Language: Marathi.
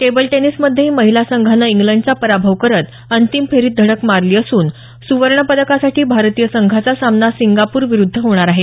टेबल टेनिस मध्येही महिला संघानं इंग्लंडचा पराभव करत अंतिम फेरीत धडक मारली असून सुवर्ण पदकासाठी भारतीय संघाचा सामना सिंगापूर विरुद्ध होणार आहे